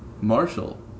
Marshall